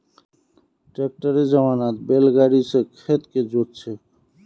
ट्रैक्टरेर जमानात बैल गाड़ी स खेत के जोत छेक